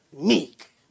meek